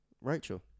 Rachel